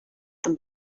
them